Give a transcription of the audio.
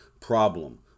problem